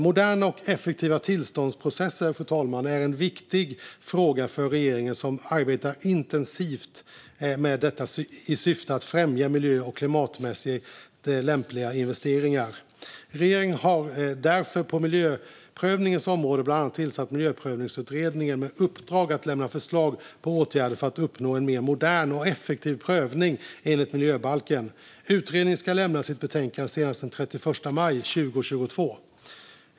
Moderna och effektiva tillståndsprocesser är en viktig fråga för regeringen som arbetar intensivt med detta i syfte att främja miljö och klimatmässigt lämpliga investeringar. Regeringen har därför på miljöprövningens område bland annat tillsatt Miljöprövningsutredningen med uppdrag att lämna förslag på åtgärder för att uppnå en mer modern och effektiv prövning enligt miljöbalken. Utredningen ska lämna sitt betänkande senast den 31 maj 2022.